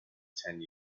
ten